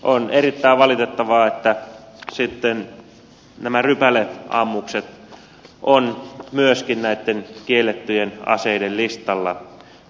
on erittäin valitettavaa että nämä rypäleammukset ovat myöskin näitten kiellettyjen aseiden listalla